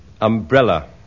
Umbrella